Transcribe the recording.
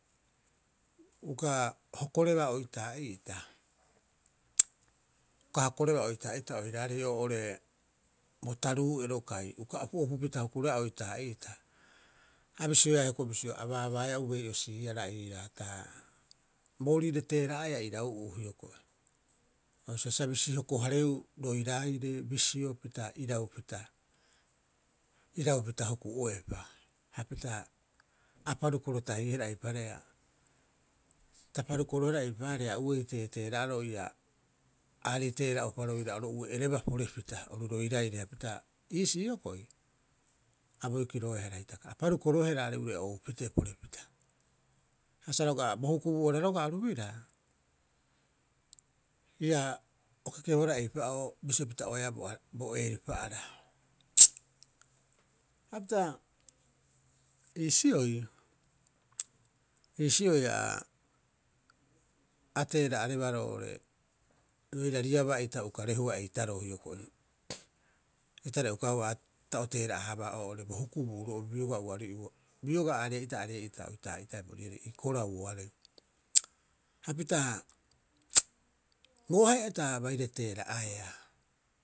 Uka hokorebaa oitaa'iita, uka hokorebaa oitaa'iita oiraarei oo'ore bo taruu'ero kai uka opu'opupita hukuroeaa oitaa'iita, a bisioeaa hioko'i bisio, a baabaaea ubei'osiiara iiraa ta boorire teera'aea irau'uu hioko'i. O sa bisi hoko- hareeu roiraire bisio pita iraupita, iraupita huku'oepa. Hapita a parukorotahiihara, eipaareha ta parukoroehara eipaareha, uei teeteera'aro ii'aa, aarei teera'a'upa oro ue'erebaa porepita oru roiraire, hapita iisii hioko'i, a boikiroehara hitaka, a parukoroehara are'ure o oupitee porepita. Ha sa roga'a bo hukubuu'ara roga'a oru biraa ia o kekebohara eipa'oo, bisio pita'oeaa bo eeripa'ara. Hapita iisioi, iisioi aa, ateera'arebaa roo'ore roirariabaa ita ukarehua eitaroo hioko'i, itare ukarehua ta o teera'a- haabaa oo'ore bo hukubuuro'obi biogaa uari, ua biogaa aree'ita aree'ita, oitaa'ita haia bo riari ii koraooarei. Hapita bo ahe'a ta baire teera'aea.